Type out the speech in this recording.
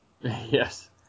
Yes